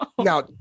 now